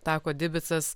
tako dibitsas